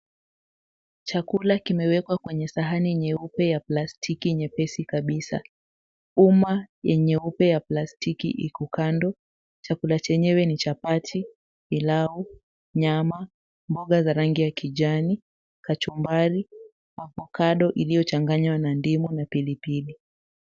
Chakula kimewekwa kwenye sahani nyeupe cha plastiki nyepesi kabisa. Uma yenye ya plastiki iko kando. Chakula chenyewe ni chapati, pilau, nyama, mboga za rangi ya kijani, kachumbari, avocado iliyochanganywa na ndimu na pilipili.